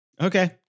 Okay